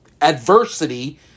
adversity